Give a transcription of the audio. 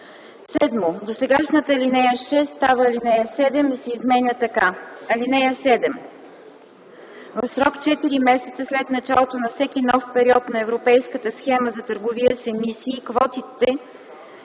7. Досегашната ал. 6 става ал. 7 и се изменя така: „(7) В срок 4 месеца след началото на всеки нов период на Европейската схема за търговия с емисии квотите,